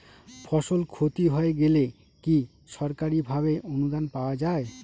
ফসল ক্ষতি হয়ে গেলে কি সরকারি ভাবে অনুদান পাওয়া য়ায়?